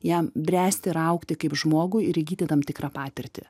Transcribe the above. jam bręsti ir augti kaip žmogui ir įgyti tam tikrą patirtį